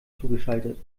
zugeschaltet